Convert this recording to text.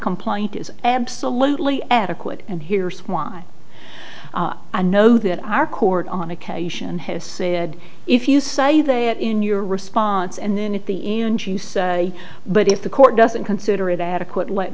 complaint is absolutely adequate and here's why i know that our court on occasion has said if you say that in your response and then at the end you say but if the court doesn't consider it adequate let